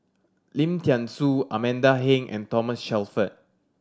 Lim Thean Soo Amanda Heng and Thomas Shelford